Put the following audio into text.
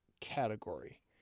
category